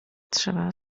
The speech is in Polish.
trzeba